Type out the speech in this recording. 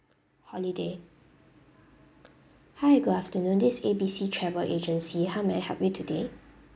holiday hi good afternoon this A B C travel agency how may I help you today